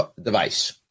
device